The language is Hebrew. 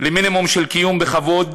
למינימום של קיום בכבוד,